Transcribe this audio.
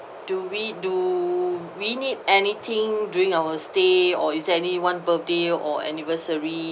do we do we need anything during our stay or is there any one birthday or anniversary